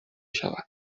شود